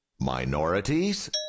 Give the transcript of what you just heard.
minorities